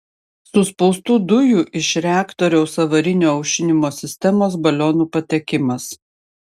suspaustų dujų iš reaktoriaus avarinio aušinimo sistemos balionų patekimas